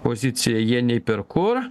poziciją jie nei per kur